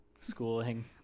schooling